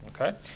okay